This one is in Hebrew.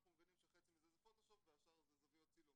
אנחנו מבינים שחצי מזה זה פוטושופ והשאר זה זוויות צילום.